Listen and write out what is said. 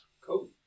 Cool